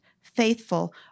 faithful